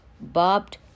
barbed